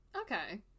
Okay